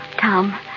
Tom